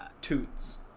toots